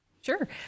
Sure